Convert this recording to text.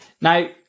Now